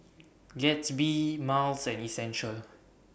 Gatsby Miles and Essential